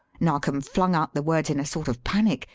narkom flung out the words in a sort of panic,